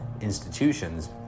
institutions